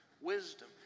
wisdom